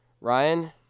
Ryan